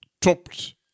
topped